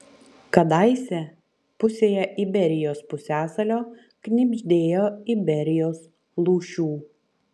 kadaise pusėje iberijos pusiasalio knibždėjo iberijos lūšių